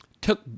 took